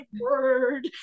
word